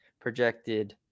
projected